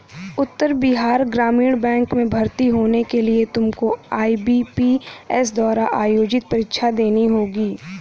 उत्तर बिहार ग्रामीण बैंक में भर्ती होने के लिए तुमको आई.बी.पी.एस द्वारा आयोजित परीक्षा देनी होगी